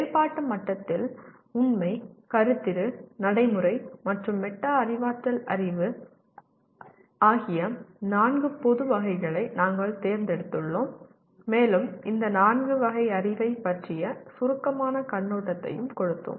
செயல்பாட்டு மட்டத்தில் உண்மை கருத்துரு நடைமுறை மற்றும் மெட்டா அறிவாற்றல் அறிவு ஆகிய நான்கு பொது வகைகளை நாங்கள் தேர்ந்தெடுத்துள்ளோம் மேலும் இந்த நான்கு வகை அறிவைப் பற்றிய சுருக்கமான கண்ணோட்டத்தையும் கொடுத்தோம்